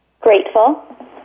Grateful